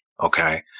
Okay